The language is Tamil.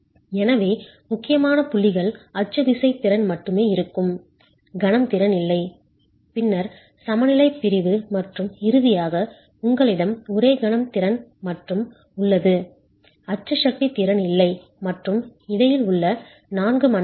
எனவே முக்கியமான புள்ளிகள் அச்சு விசை திறன் மட்டுமே இருக்கும் கணம் திறன் இல்லை பின்னர் சமநிலை பிரிவு மற்றும் இறுதியாக உங்களிடம் ஒரே கணம் திறன் உள்ளது அச்சு சக்தி திறன் இல்லை மற்றும் இடையில் உள்ள நான்கு மண்டலங்கள்